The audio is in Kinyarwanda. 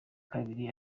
kabiri